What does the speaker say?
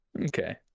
Okay